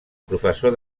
professor